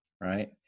right